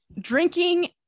drinking